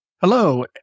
Hello